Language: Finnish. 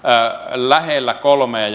lähellä kolmea